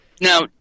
Now